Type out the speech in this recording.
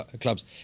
clubs